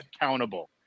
accountable